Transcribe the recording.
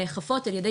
נאכפות על ידי